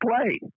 play